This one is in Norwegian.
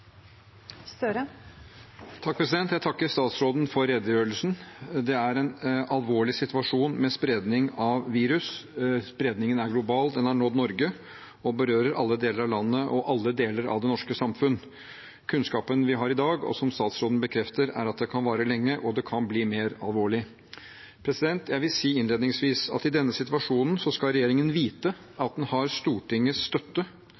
en alvorlig situasjon, med spredning av virus. Spredningen er global, den har nådd Norge, og den berører alle deler av landet og alle deler av det norske samfunn. Kunnskapen vi har i dag, som statsråden bekrefter, er at det kan vare lenge, og det kan bli mer alvorlig. Jeg vil innledningsvis si at i denne situasjonen skal regjeringen vite at den har Stortingets støtte